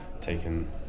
taken